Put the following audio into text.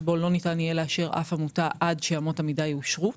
שבו לא ניתן יהיה לאשר אף עמותה עד שאמות המידה יאושרו.